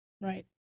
Right